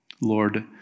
Lord